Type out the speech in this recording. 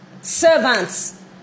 servants